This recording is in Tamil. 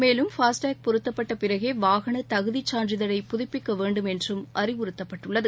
மேலும் பாஸ்டேக் பொருத்தப்பட்ட பிறகே வாகன தகுதிச் சான்றிதழை புதப்பிக்க வேண்டும் என்றும் அறிவுறுத்தப்பட்டுள்ளது